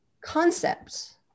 concepts